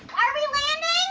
are we landing?